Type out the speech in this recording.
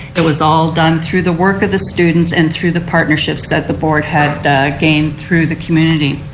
it was all done through the work of the students and through the partnership that the board had gained through the community.